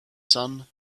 sun